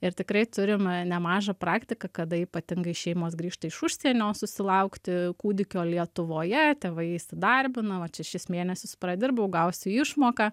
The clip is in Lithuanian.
ir tikrai turim nemažą praktiką kada ypatingai šeimos grįžta iš užsienio susilaukti kūdikio lietuvoje tėvai įsidarbina vat šešis mėnesius pradirbau gausiu išmoką